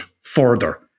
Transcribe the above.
further